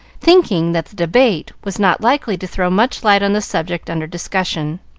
thinking that the debate was not likely to throw much light on the subject under discussion.